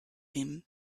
him